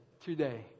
today